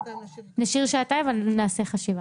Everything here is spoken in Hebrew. נשאיר שעתיים אבל נעשה חשיבה.